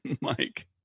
Mike